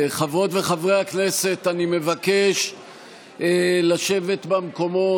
חברות וחברי הכנסת, אני מבקש לשבת במקומות.